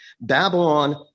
Babylon